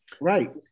Right